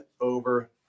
over